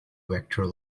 vector